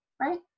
right